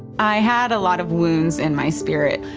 i had a lot of wounds in my spirit.